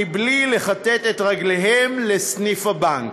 בלי לכתת את רגליהם לסניף הבנק.